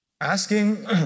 Asking